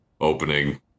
opening